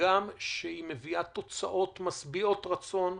למרות שהיא מביאה תוצאות משביעות רצון,